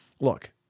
look